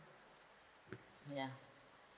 ya